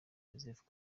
joseph